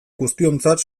guztiontzat